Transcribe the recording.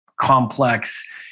complex